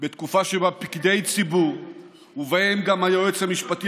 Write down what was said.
בתקופה שבה פקידי ציבור ובהם גם היועץ המשפטי